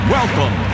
Welcome